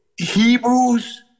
Hebrews